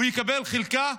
הוא יקבל חלקה